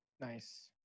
Nice